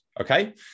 okay